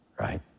right